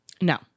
No